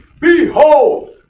Behold